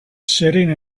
sitting